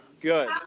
Good